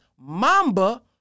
Mamba